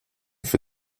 für